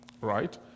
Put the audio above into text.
Right